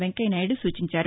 వెంక్య నాయుడు సూచించారు